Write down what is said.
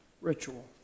ritual